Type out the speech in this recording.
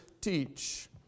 teach